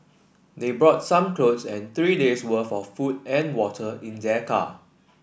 they brought some clothe and three day's worth of food and water in their car